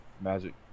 Magic